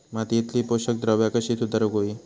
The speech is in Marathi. मातीयेतली पोषकद्रव्या कशी सुधारुक होई?